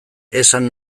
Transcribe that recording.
esan